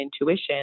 intuition